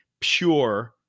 pure